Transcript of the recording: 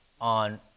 on